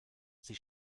sie